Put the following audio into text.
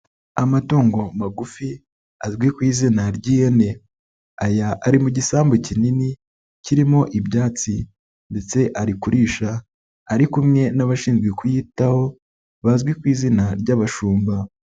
Amatungo magufi azwi ku izina ry'ihene, aya ari mu gisambu kinini kirimo ibyatsi ndetse ari kurisha ari kumwe n'abashinzwe kuyitaho bazwi ku izina ry'abashumba.